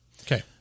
Okay